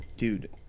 Dude